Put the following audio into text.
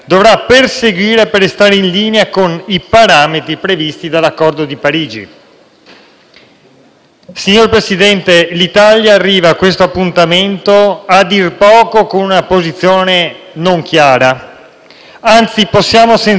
di Parigi. L'Italia arriva a questo appuntamento a dir poco con una posizione non chiara. Anzi, possiamo senz'altro dire che su moltissimi aspetti è una posizione assolutamente contraddittoria.